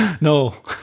No